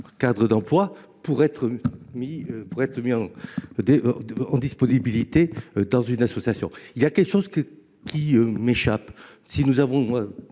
cadre d’emploi pour être mis en disponibilité dans une association. Quelque chose m’échappe. Si nous avons